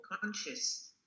conscious